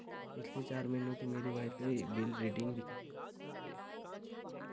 पिछले चार महीनों की मेरी वाईफ़ाई बिल रीडिंग